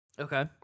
okay